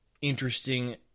interesting